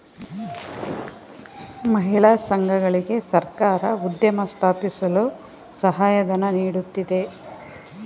ಮಹಿಳಾ ಸಂಘಗಳಿಗೆ ಸರ್ಕಾರ ಉದ್ಯಮ ಸ್ಥಾಪಿಸಲು ಸಹಾಯಧನ ನೀಡುತ್ತಿದೆ